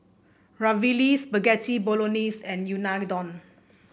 Ravioli Spaghetti Bolognese and Unadon